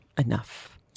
enough